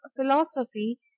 philosophy